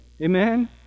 Amen